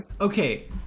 Okay